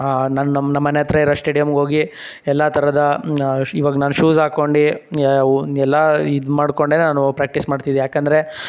ನನ್ನ ನಮ್ಮ ನಮ್ಮ ಮನೆಯ ಹತ್ರ ಇರೋ ಸ್ಟೇಡಿಯಮ್ಗೋಗಿ ಎಲ್ಲ ಥರದ ಇವಾಗ ನಾನು ಶೂಸ್ ಹಾಕ್ಕೊಂಡು ಎಲ್ಲ ಇದ್ಮಾಡಿಕೊಂಡೆ ನಾನು ಪ್ರ್ಯಾಕ್ಟಿಸ್ ಮಾಡ್ತಿದ್ದೆ ಯಾಕಂದರೆ